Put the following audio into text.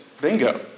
Bingo